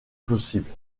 plausible